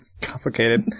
complicated